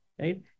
right